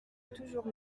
toujours